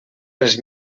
les